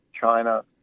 China